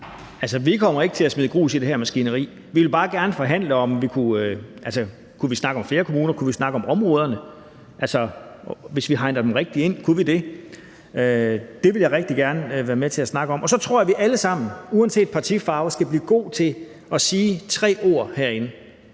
til at smide grus i det her maskineri, for vi vil bare gerne kunne forhandle om, om vi kunne snakke om flere kommuner, og om vi kunne snakke om områderne; hvis vi hegner det rigtigt ind, kan vi så det? Det vil jeg rigtig gerne være med til at snakke om. Og så tror jeg, vi alle sammen, uanset partifarve, skal blive gode til at sige tre ord herinde,